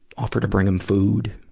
offer to bring them food.